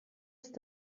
ist